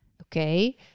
Okay